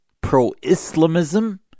pro-Islamism